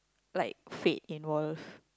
like fate involve